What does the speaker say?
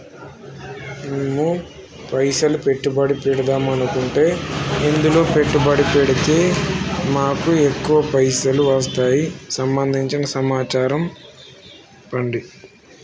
మేము పైసలు పెట్టుబడి పెడదాం అనుకుంటే ఎందులో పెట్టుబడి పెడితే మాకు ఎక్కువ పైసలు వస్తాయి సంబంధించిన సమాచారం చెప్పండి?